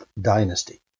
dynasty